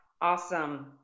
awesome